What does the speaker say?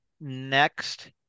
next